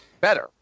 better